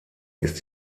ist